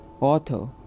Author